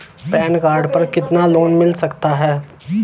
Pan card पर कितना loan मिल सकता है?